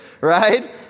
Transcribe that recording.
right